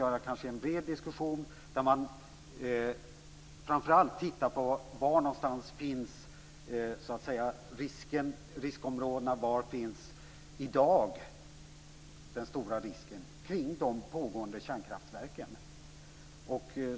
Detta skall ske i en bred diskussion där man framför allt tittar på var det finns riskområden och var den stora risken i dag finns kring de kärnkraftverk som är i drift.